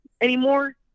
anymore